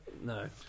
no